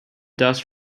dust